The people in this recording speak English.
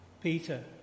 Peter